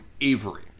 Avery